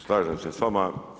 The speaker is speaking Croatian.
Slažem se s vama.